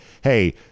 hey